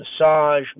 massage